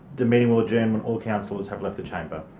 the meeting will adjourn when all councillors have left the chamber.